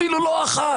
אפילו לא אחת,